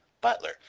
butler